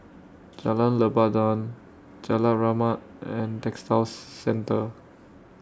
Jalan Lebat Daun Jalan Rahmat and Textile Centre